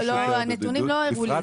יש גידול,